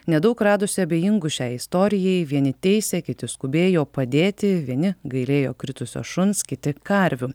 nedaug radusi abejingų šiai istorijai vieni teisė kiti skubėjo padėti vieni gailėjo kritusio šuns kiti karvių